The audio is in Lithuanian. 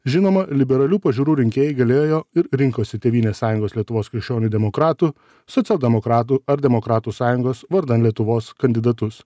žinoma liberalių pažiūrų rinkėjai galėjo ir rinkosi tėvynės sąjungos lietuvos krikščionių demokratų socialdemokratų ar demokratų sąjungos vardan lietuvos kandidatus